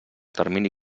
termini